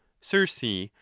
circe